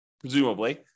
presumably